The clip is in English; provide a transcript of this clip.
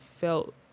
felt